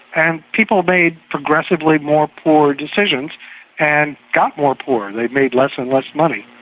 and people made progressively more poor decisions and got more poor they made less and less money.